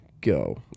go